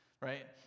right